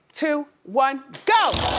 two, one, go!